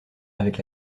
avec